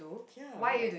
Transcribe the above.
ya right